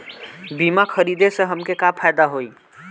बीमा खरीदे से हमके का फायदा होई?